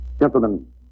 Gentlemen